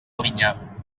alinyà